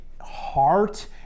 heart